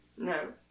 No